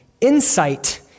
insight